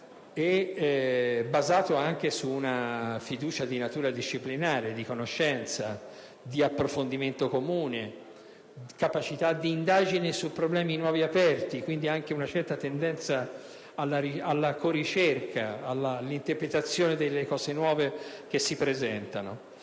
e basato anche su una fiducia di natura disciplinare, di conoscenza, di approfondimento comune, sulla capacità di indagine sui nuovi problemi aperti e quindi anche una certa tendenza alla co-ricerca, all'interpretazione dei fatti nuovi che si presentano.